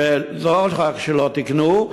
שלא רק שלא תיקנו,